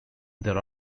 there